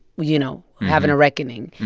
you know, having a reckoning.